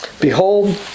Behold